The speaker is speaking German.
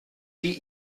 die